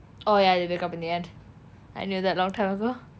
oh ya they break up in the end I knew that long time ago